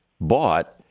bought